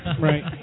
Right